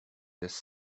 this